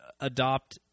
adopt